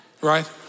Right